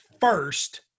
first